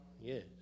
Yes